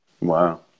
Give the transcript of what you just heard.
Wow